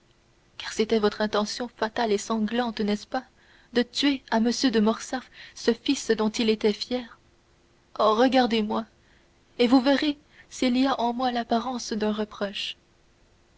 car c'était votre intention fatale et sanglante n'est-ce pas de tuer à m de morcerf ce fils dont il était fier oh regardez-moi et vous verrez s'il y a en moi l'apparence d'un reproche